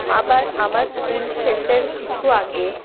আবার আমার স্কুল শেষের কিছু আগে